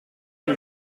une